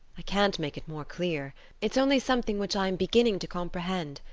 i can't make it more clear it's only something which i am beginning to comprehend,